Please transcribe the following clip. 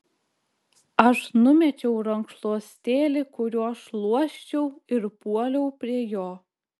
aš numečiau rankšluostėlį kuriuo šluosčiau ir puoliau prie jo